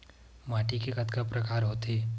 माटी के कतका प्रकार होथे?